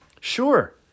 Sure